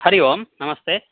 हरिः ओं नमस्ते